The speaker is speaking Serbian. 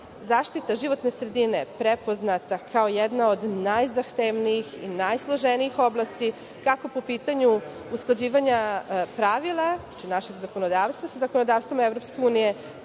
zaštita životne sredine prepoznata kao jedna od najzahtevnijih i najsloženijih oblasti, kako po pitanju usklađivanja pravila našeg zakonodavstva sa zakonodavstvom EU, tako i